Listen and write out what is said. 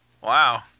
Wow